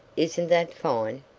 isn't that fine?